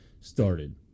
started